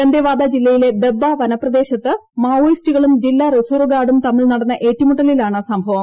ദന്തേവാദാ ജില്ലയിലെ ദബ്ബാ വനപ്രദേശത്ത് മാവോയിസ്റ്റുകളും ജില്ലാ റിസർവ് ഗാർഡും തമ്മിൽ നടന്ന ഏറ്റുമുട്ടലിൽ ആണ് സംഭവം